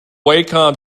wacom